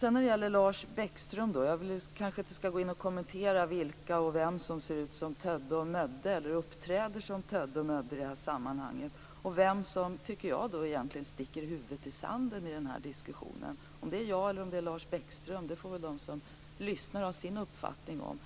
Sedan gäller det Lars Bäckströms inlägg. Jag skall kanske inte kommentera vilka som ser ut som Tödde och Mödde eller som i det här sammanhanget uppträder som de, eller vem det är som egentligen - som jag tycker - sticker huvudet i sanden i den här diskussionen. Om det är jag eller Lars Bäckström får väl de som lyssnar ha sin uppfattning om.